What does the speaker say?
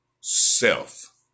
Self